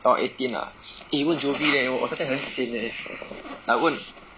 哦 eighteen ah eh 问 jovi leh 我在家里很 sian leh like 问